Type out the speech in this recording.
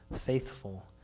faithful